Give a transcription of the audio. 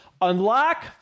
unlock